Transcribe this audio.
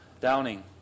Downing